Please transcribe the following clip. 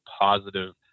positive